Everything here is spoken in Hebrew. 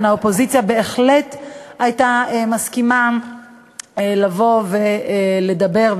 האופוזיציה בהחלט הייתה מסכימה לבוא ולדבר,